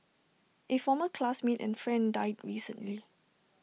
A former classmate and friend died recently